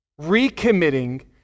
Recommitting